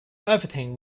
everything